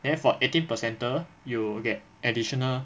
then for eighteen percentile you get additional